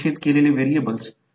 तर याचा अर्थ हे समीकरण लिहिले आहे